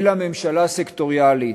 אלא ממשלה סקטוריאלית.